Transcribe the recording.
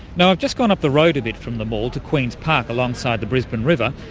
now i've just gone up the road a bit from the mall to queen's park, alongside the brisbane river,